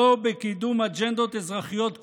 ולא בקידום אג'נדות אזרחיות כלשהן,